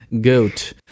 goat